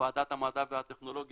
בוועדת המדע והטכנולוגיה,